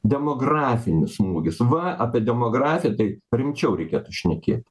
demografinis smūgis va apie demografiją tai rimčiau reikėtų šnekėt